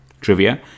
Trivia